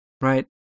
right